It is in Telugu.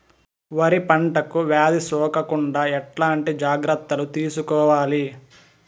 వరి పంటకు వ్యాధి సోకకుండా ఎట్లాంటి జాగ్రత్తలు తీసుకోవాలి?